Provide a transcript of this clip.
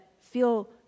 feel